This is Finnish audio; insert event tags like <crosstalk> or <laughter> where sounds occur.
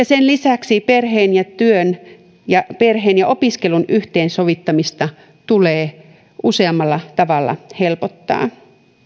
<unintelligible> sen lisäksi perheen ja työn ja perheen ja opiskelun yhteensovittamista tulee useammalla tavalla helpottaa